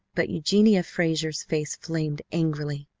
but eugenia frazer's face flamed angrily.